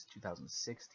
2016